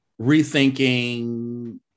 rethinking